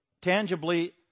tangibly